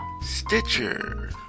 Stitcher